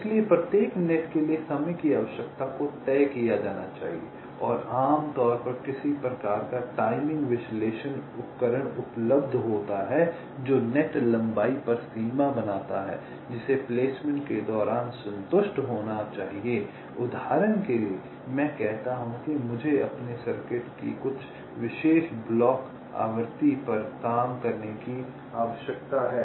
इसलिए प्रत्येक नेट के लिए समय की आवश्यकता को तय किया जाना चाहिए और आमतौर पर किसी प्रकार का टाइमिंग विश्लेषण उपकरण उपलब्ध होता है जो नेट लंबाई पर सीमा बनाता है जिसे प्लेसमेंट के दौरान संतुष्ट होना चाहिए उदाहरण के लिए मैं कहता हूं कि मुझे अपने सर्किट की कुछ विशेष क्लॉक आवृत्ति पर काम करने के लिए आवश्यकता है